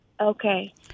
Okay